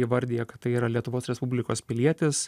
įvardija kad tai yra lietuvos respublikos pilietis